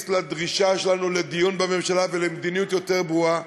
לדרישה שלנו לדיון בממשלה ולמדיניות יותר ברורה,